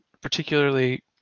particularly